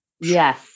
Yes